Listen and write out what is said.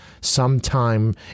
sometime